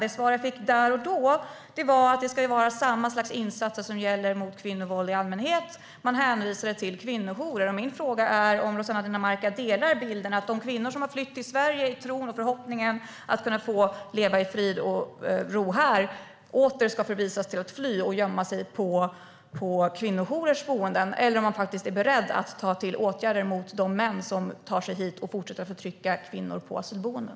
Det svar jag fick där och då var att det ska vara samma slags insatser som gäller mot kvinnovåld i allmänhet, och man hänvisade till kvinnojourer. Min fråga är om Rossana Dinamarca delar bilden att de kvinnor som har flytt till Sverige i tron och förhoppningen att kunna få leva i frid och ro här åter ska förvisas till att fly och gömma sig på kvinnojourers boenden, eller om man faktiskt är beredd att ta till åtgärder mot de män som tar sig hit och fortsätter att förtrycka kvinnor på asylboenden.